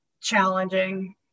challenging